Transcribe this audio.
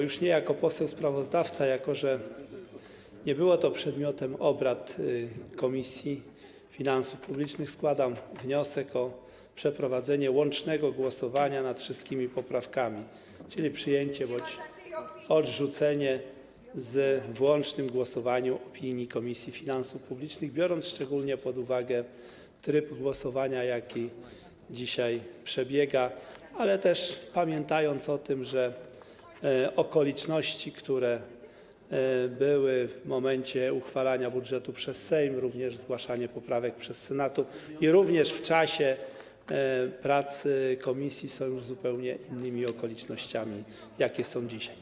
Już nie jako poseł sprawozdawca, jako że nie było to przedmiotem obrad Komisji Finansów Publicznych, składam wniosek o przeprowadzenie łącznego głosowania nad wszystkimi poprawkami, czyli przyjęcie bądź odrzucenie w łącznym głosowaniu opinii Komisji Finansów Publicznych, biorąc szczególnie pod uwagę tryb głosowania, jaki dzisiaj przebiega, ale też pamiętając o tym, że okoliczności, które były w momencie uchwalania budżetu przez Sejm, również zgłaszanie poprawek przez Senat i również w czasie prac komisji, są już zupełnie innymi okolicznościami, jaki są dzisiaj.